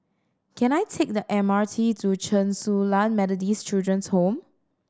can I take the M R T to Chen Su Lan Methodist Children's Home